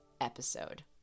episode